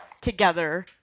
together